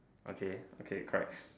okay okay correct